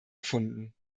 gefunden